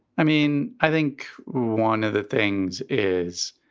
i mean, i think one of the things is,